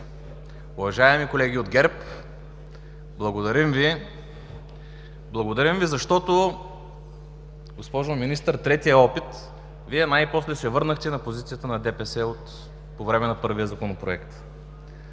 Уважаеми колеги от ГЕРБ, благодарим Ви. Благодарим Ви, защото, госпожо Министър, в третия опит Вие най-после се върнахте на позицията на ДПС по време на първия законопроект.